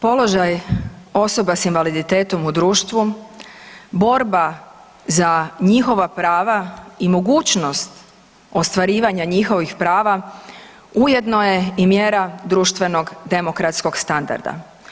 Položaj osoba s invaliditetom u društvu, borba za njihova prava i mogućnost ostvarivanja njihovih prava ujedno je i mjera društvenog demokratskog standarda.